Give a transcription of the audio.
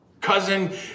cousin